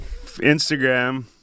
Instagram